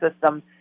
system